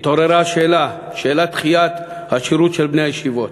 התעוררה שאלת דחיית השירות של בני הישיבות,